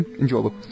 Enjoyable